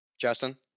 justin